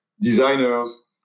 designers